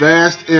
Vast